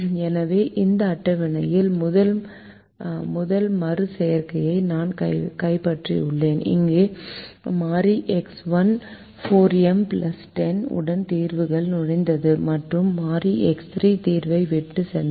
எனவே இந்த அட்டவணையில் முதல் மறு செய்கையை நான் கைப்பற்றியுள்ளேன் அங்கு மாறி X1 4M 10 உடன் தீர்வுக்குள் நுழைந்தது மற்றும் மாறி X3 தீர்வை விட்டுச் சென்றது